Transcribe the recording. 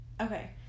Okay